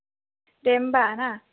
दे होमबा ना